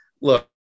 Look